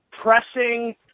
pressing